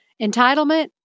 Entitlement